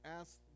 ask